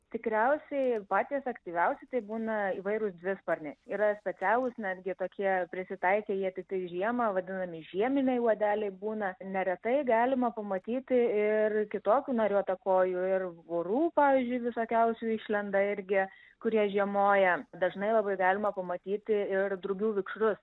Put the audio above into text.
tikriausiai patys aktyviausi tai būna įvairūs dvisparniai yra specialūs netgi tokie prisitaikę jie tiktai žiemą vadinami žieminiai uodeliai būna neretai galima pamatyti ir kitokių nariuotakojų ir vorų pavyzdžiui visokiausių išlenda irgi kurie žiemoja dažnai labai galima pamatyti ir drugių vikšrus